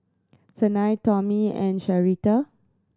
Sanai Tommy and Sharita